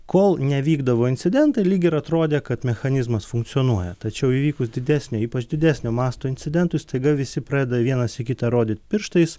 kol nevykdavo incidentai lyg ir atrodė kad mechanizmas funkcionuoja tačiau įvykus didesnio ypač didesnio masto incidentui staiga visi pradeda vienas į kitą rodyt pirštais